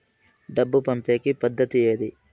డబ్బు పంపేకి పద్దతి ఏది